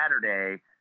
Saturday